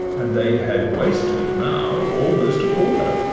and they had wasted now almost a quarter.